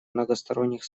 многосторонних